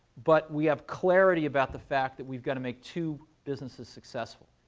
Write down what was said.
but we have clarity about the fact that we've got to make two businesses successful.